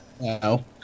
No